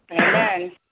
Amen